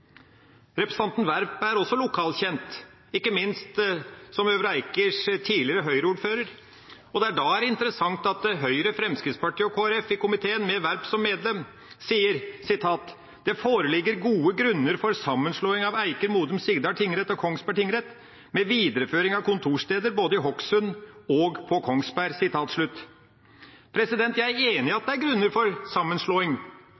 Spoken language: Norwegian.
Representanten Werp er også lokalkjent, ikke minst som Øvre Eikers tidligere Høyre-ordfører. Da er det interessant at Høyre, Fremskrittspartiet og Kristelig Folkeparti i komiteen med Werp som medlem sier: det kan foreligge gode grunner for sammenslåing av Eiker, Modum og Sigdal tingrett og Kongsberg tingrett med videreføring av kontorsteder både i Hokksund og på Kongsberg.» Jeg er enig i at det er grunner for sammenslåing